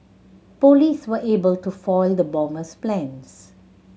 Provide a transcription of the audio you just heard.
police were able to foil the bomber's plans